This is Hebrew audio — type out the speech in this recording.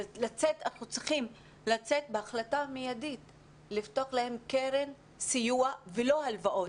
אנחנו צריכים לצאת בהחלטה מיידית לפתוח להם קרן סיוע ולא הלוואות.